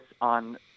on